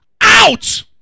out